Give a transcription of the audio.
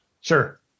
sure